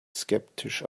skeptisch